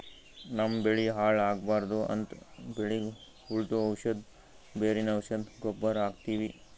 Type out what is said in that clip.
ನಮ್ಮ್ ಬೆಳಿ ಹಾಳ್ ಆಗ್ಬಾರ್ದು ಅಂತ್ ಬೆಳಿಗ್ ಹುಳ್ದು ಔಷಧ್, ಬೇರಿನ್ ಔಷಧ್, ಗೊಬ್ಬರ್ ಹಾಕ್ತಿವಿ